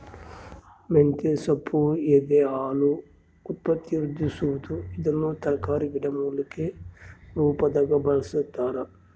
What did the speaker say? ಮಂತೆಸೊಪ್ಪು ಎದೆಹಾಲು ಉತ್ಪತ್ತಿವೃದ್ಧಿಸುವದು ಇದನ್ನು ತರಕಾರಿ ಗಿಡಮೂಲಿಕೆ ರುಪಾದಾಗೂ ಬಳಸ್ತಾರ